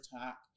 attack